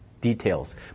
details